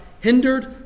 hindered